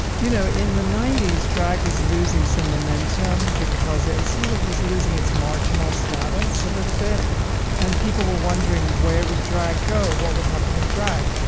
you know in the ninety s drag was losing some momentum because it sort of was losing its marginal status a little bit and people were wondering where would drag go. what would happen in drag.